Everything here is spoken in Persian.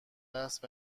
بحث